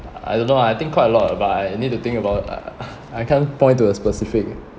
I don't know I think quite a lot ah but I need to think about uh I can't point to a specific